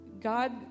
God